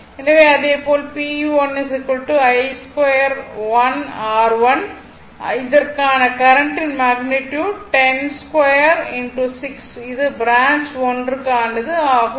எனவே அதேபோல் P1 I21 R1 க்கான கரண்ட்டின் மேக்னிட்யுட் 102 6 இது பிரான்ச் ஒன்றுக்கானது ஆகும்